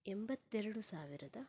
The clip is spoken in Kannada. ಎಂಬತ್ತೆರಡು ಸಾವಿರದ